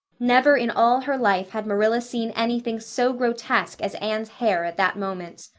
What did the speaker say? never in all her life had marilla seen anything so grotesque as anne's hair at that moment.